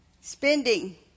spending